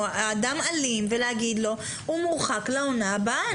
את אותו אדם אלים ולהגיד לו שהוא מורחק לעונה הבאה,